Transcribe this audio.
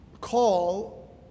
call